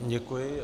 Děkuji.